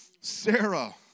Sarah